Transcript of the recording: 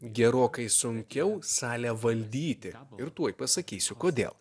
gerokai sunkiau salę valdyti ir tuoj pasakysiu kodėl